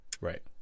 Right